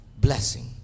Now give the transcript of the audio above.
blessing